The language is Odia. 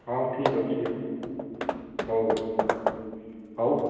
ହଁ ଠିକ ଅଛି ହଉ ହଉ